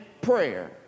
prayer